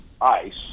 ICE